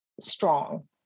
strong